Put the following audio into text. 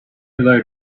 load